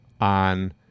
on